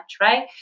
right